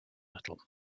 little